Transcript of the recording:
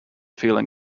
feeling